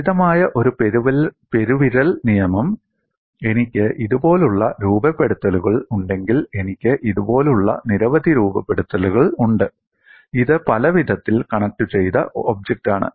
ലളിതമായ ഒരു പെരുവിരൽ നിയമം എനിക്ക് ഇതുപോലുള്ള രൂപപെടുത്തലുകൾ ഉണ്ടെങ്കിൽ എനിക്ക് ഇതുപോലുള്ള നിരവധി രൂപപെടുത്തലുകൾ ഉണ്ട് ഇത് പലവിധത്തിൽ കണക്റ്റുചെയ്ത ഒബ്ജക്റ്റാണ്